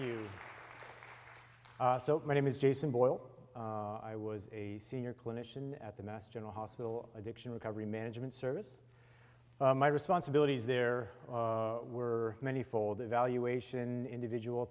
you so my name is jason boyle i was a senior clinician at the mass general hospital addiction recovery management service my responsibilities there were many fold evaluation individual